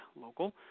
local